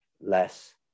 less